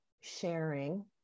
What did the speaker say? sharing